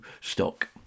stock